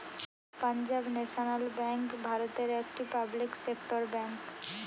Punjab national bank ভারতের একটি public sector bank